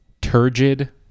turgid